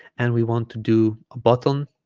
and we want to do a button